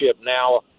now